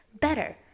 better